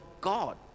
God